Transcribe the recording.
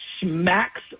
smacks